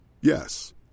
Yes